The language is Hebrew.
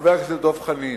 לחבר הכנסת דב חנין,